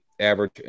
average